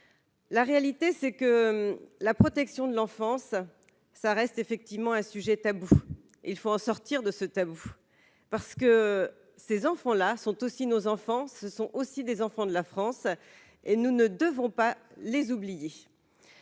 La réalité c'est que la protection de l'enfance, ça reste effectivement un sujet tabou, il faut sortir de ce tabou parce que ces enfants-là sont aussi nos enfants, ce sont aussi des enfants de la France et nous ne devons pas les oublier,